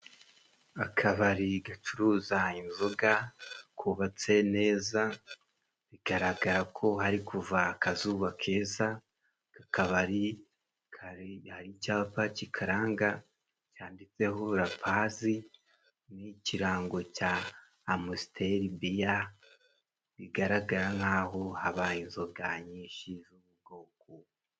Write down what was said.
Akabari gacuruza inzoga, kubatse neza, bigaragara ko hari kuva akazuba keza, akabari kari hari icyapa kikaranga, cyanditseho Lapazi n'ikirango cya Amusiteribiya, bigaragara nk'aho habayo inzoga nyinshi z'ubu bwoko.